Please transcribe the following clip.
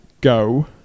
go